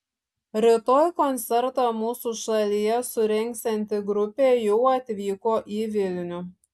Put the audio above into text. rytoj koncertą mūsų šalyje surengsianti grupė jau atvyko į vilnių